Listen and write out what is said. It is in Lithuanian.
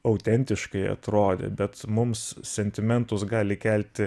autentiškai atrodė bet mums sentimentus gali kelti